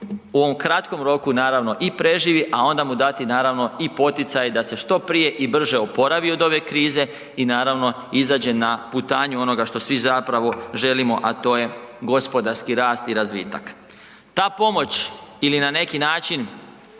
u ovom kratkom roku naravno i preživi, a onda mu dati naravno i poticaj da se što prije i brže oporavi od ove krize i naravno izađe na putanju onoga što svi zapravo želimo, a to je gospodarski rast i razvitak. Ta pomoć ili na neki način,